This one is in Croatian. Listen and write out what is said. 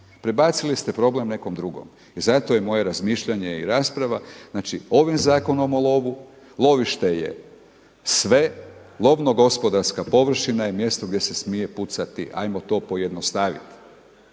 prebacili ste problem nekom drugom. I zato je moje razmišljanje i rasprava, znači ovim Zakonom o lovu, lovište je sve, lovno gospodarska površina je mjesto gdje se smije pucati, 'ajmo to pojednostaviti.